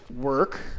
work